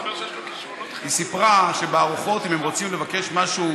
היא סיפרה שבארוחות, אם הם רוצים לבקש משהו